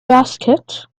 basket